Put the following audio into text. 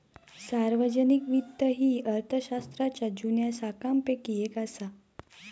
सार्वजनिक वित्त ही अर्थशास्त्राच्या जुन्या शाखांपैकी येक असा